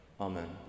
Amen